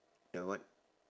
ya what